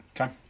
Okay